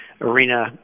Arena